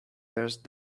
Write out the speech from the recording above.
burst